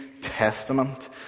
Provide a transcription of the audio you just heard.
Testament